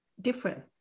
different